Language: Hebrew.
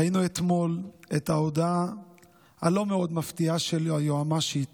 ראינו אתמול את ההודעה הלא-מאוד-מפתיעה של היועמ"שית